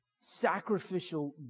Sacrificial